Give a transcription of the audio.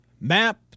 map